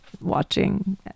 watching